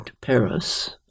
Paris